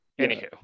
anywho